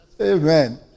Amen